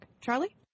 Charlie